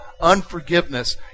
unforgiveness